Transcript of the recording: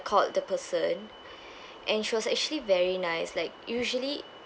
called the person and she was actually very nice like usually